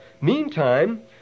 Meantime